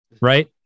right